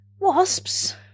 Wasps